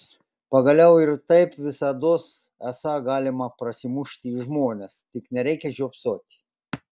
pagaliau ir taip visados esą galima prasimušti į žmones tik nereikią žiopsoti